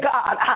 God